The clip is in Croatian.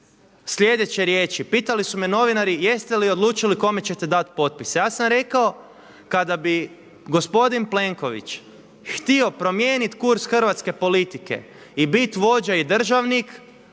sljedeće riječi. Pitali su me novinari jeste li odlučili kome ćete dati potpise. Ja sam rekao kada bi gospodin Plenković htio promijenit kurs hrvatske politike i bit vođa i državnik,